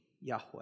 Yahweh